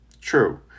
true